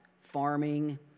farming